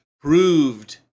proved